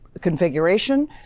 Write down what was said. configuration